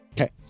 Okay